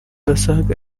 basaga